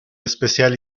especial